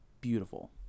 beautiful